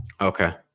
Okay